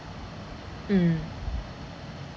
mm